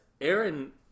Aaron